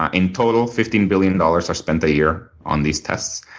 ah in total fifteen billion dollars are spent a year on these tests.